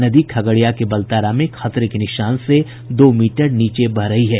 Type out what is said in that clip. नदी खगड़िया के बलतारा में खतरे के निशान से दो मीटर नीचे बह रही है